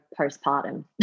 postpartum